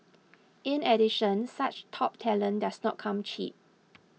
in addition such top talent does not come cheap